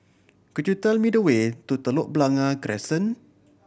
could you tell me the way to Telok Blangah Crescent